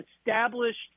established